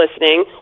listening